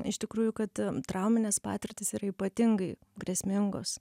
iš tikrųjų kad trauminės patirtys yra ypatingai grėsmingos